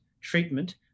treatment